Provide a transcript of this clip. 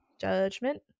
judgment